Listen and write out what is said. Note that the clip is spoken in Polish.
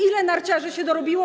Ilu narciarzy się dorobiło?